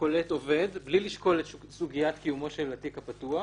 קולט עובד בלי לשקול את סוגיית קיומו של התיק הפתוח,